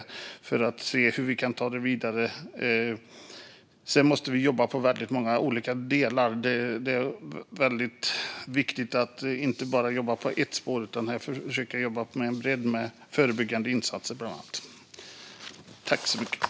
Då får vi se hur vi kan ta detta vidare. Sedan måste vi jobba på många olika delar - det är väldigt viktigt att inte bara jobba på ett spår utan försöka jobba brett, med bland annat förebyggande insatser.